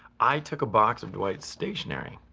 i took a box of dwight's stationary.